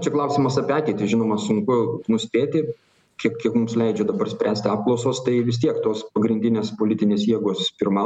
čia klausimas apie ateitį žinoma sunku nuspėti kiek mums leidžia dabar spręsti apklausos tai vis tiek tos pagrindinės politinės jėgos pirmauja